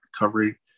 recovery